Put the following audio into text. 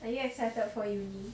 are you excited for uni